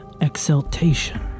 exaltation